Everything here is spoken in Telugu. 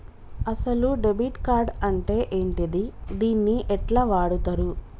అసలు డెబిట్ కార్డ్ అంటే ఏంటిది? దీన్ని ఎట్ల వాడుతరు?